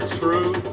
true